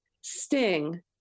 Sting